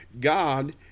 God